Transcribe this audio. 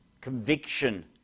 conviction